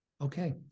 Okay